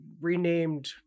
renamed